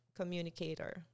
communicator